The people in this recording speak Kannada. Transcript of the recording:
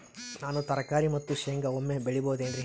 ನಾನು ತರಕಾರಿ ಮತ್ತು ಶೇಂಗಾ ಒಮ್ಮೆ ಬೆಳಿ ಬಹುದೆನರಿ?